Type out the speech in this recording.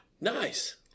Nice